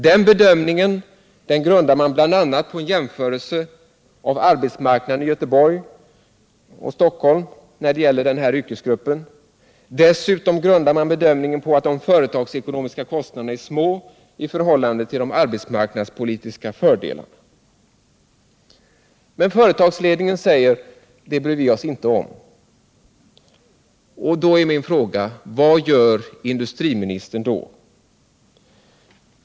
Den bedömningen grundar man bl.a. på en jämförelse mellan arbetsmarknaderna i Göteborg och Stockholm när det gäller denna yrkesgrupp. Dessutom grundar man bedöm ningen på att de företagsekonomiska kostnaderna är små i förhållande - Nr 38 till de arbetsmarknadspolitiska fördelarna. Torsdagen den Men företagsledningen säger: Det bryr vi oss inte om. Jag frågar: Vad 1 december 1977 gör industriministern då?